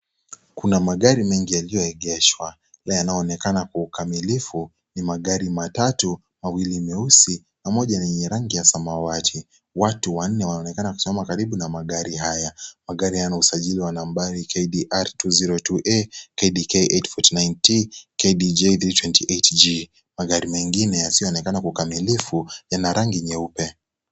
Kuna magari mengi yaliyoegeshwa yanayoonekana kwa ukamilifu ni magari matatu mawili meusi na moja yenye rangi ya samawati. watu wanne wanaonekana kusimama karibu na magari haya magari yana usajili waa nambari KDR 202 A, KDK 849T,KDJ328G magari mengine yasiyoonekana kwa ukamilifu yana rangi nyeupe.